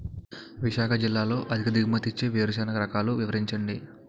విశాఖ జిల్లాలో అధిక దిగుమతి ఇచ్చే వేరుసెనగ రకాలు వివరించండి?